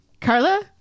Carla